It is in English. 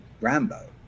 rambo